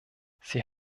sie